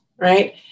right